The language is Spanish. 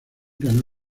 ganó